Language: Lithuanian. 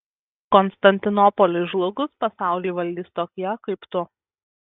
konstantinopoliui žlugus pasaulį valdys tokie kaip tu